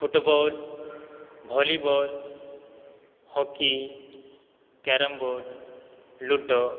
football volleyball hockey carom-board ludo